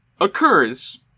occurs